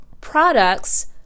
products